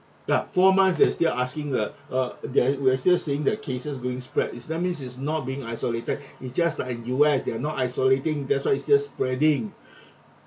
ya four months they're still asking uh uh they're we're still seeing the cases going spread is that means is not being isolated it just like U_S they are not isolating that's why it's still spreading